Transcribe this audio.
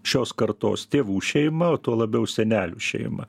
šios kartos tėvų šeima o tuo labiau senelių šeima